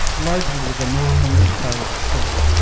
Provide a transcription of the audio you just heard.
largely to the northeast part of the city.